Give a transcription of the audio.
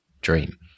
dream